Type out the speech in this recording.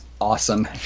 awesome